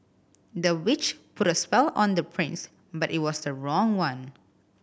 the witch put a spell on the prince but it was the wrong one